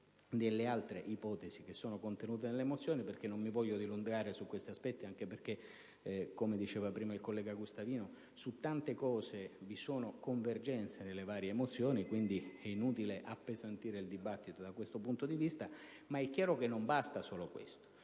delle altre ipotesi contenute nelle mozioni, perché non mi voglio dilungare su questi aspetti visto che, come diceva prima il collega senatore Gustavino, su tanti aspetti ci sono convergenze tra le varie mozioni, e dunque è inutile appesantire il dibattito da questo punto di vista. È chiaro che non basta solo questo: